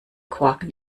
korken